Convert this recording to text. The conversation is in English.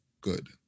good